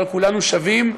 אבל כולנו שווים,